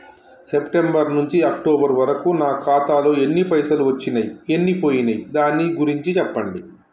September నుంచి October వరకు నా ఖాతాలో ఎన్ని పైసలు వచ్చినయ్ ఎన్ని పోయినయ్ దాని గురించి చెప్పండి?